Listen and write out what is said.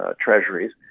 treasuries